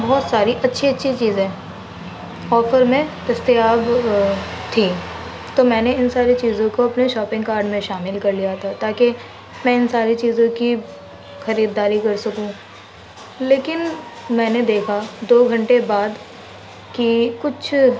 بہت ساری اچھی اچھی چیزیں آفر میں دستیاب تھیں تو میں نے ان ساری چیزوں کو اپنے شاپنگ کارٹ میں شامل کر لیا تھا تاکہ میں ان ساری چیزوں کی خریداری کر سکوں لیکن میں نے دیکھا دو گھنٹے بعد کہ کچھ